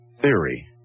theory